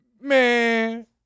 Man